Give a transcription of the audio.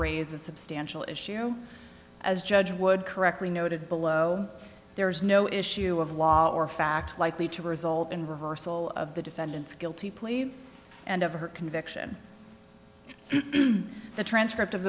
raise a substantial issue as judge would correctly noted below there is no issue of law or fact likely to result in reversal of the defendant's guilty plea and of her conviction the transcript of